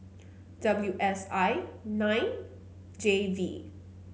W S I nine J V